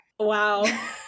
Wow